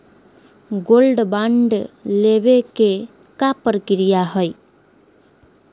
Gold bond लेवे के का प्रक्रिया हई?